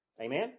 Amen